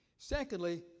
Secondly